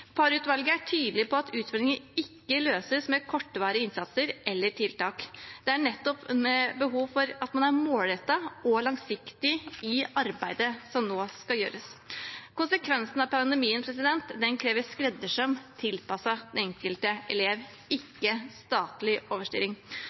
er tydelig på at utfordringer ikke løses med kortvarige innsatser eller tiltak. Det er behov for at man er målrettet og langsiktig i arbeidet som nå skal gjøres. Konsekvensene av pandemien krever skreddersøm tilpasset den enkelte elev,